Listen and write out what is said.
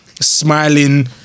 smiling